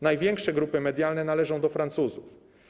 Największe grupy medialne należą do Francuzów.